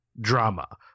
drama